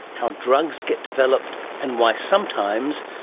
how drugs get developed, and why sometimes,